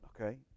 Okay